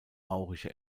maurische